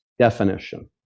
definition